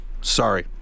Sorry